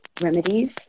remedies